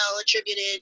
attributed